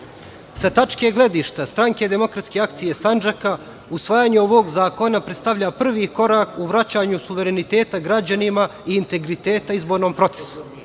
tačke gledišta Stranke demokratske akcije Sandžaka usvajanje ovog zakona predstavlja prvi korak u vraćanju suvereniteta građanima i integriteta izbornom procesu.